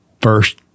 first